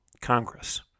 Congress